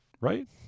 Right